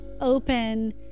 open